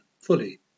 fully